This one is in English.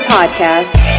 Podcast